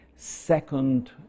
second